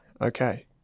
Okay